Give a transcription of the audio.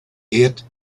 eight